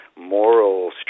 moral